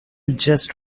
just